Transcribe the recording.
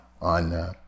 on